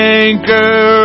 anchor